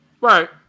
Right